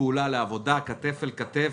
לוועדת הכספים.